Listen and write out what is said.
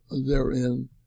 therein